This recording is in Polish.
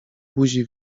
buzi